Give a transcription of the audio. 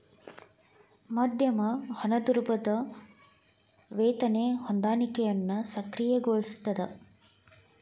ಮಧ್ಯಮ ಹಣದುಬ್ಬರದ್ ವೇತನ ಹೊಂದಾಣಿಕೆಯನ್ನ ಸಕ್ರಿಯಗೊಳಿಸ್ತದ